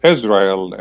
Israel